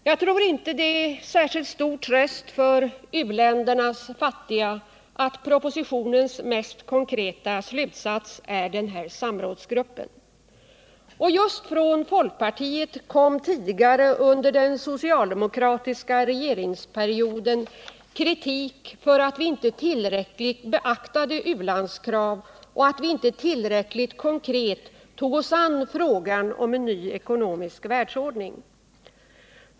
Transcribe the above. Jag tror inte att det är till särskilt stor tröst för u-ländernas fattiga att propositionens mest konkreta slutsats handlar om denna samrådsgrupp. Just från folkpartiet kom tidigare under den socialdemokratiska regeringsperioden kritik för att vi inte tillräckligt beaktade u-landskraven och att vi inte tillräckligt konkret tog oss an frågan om en ny ekonomisk världsordning.